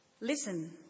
Listen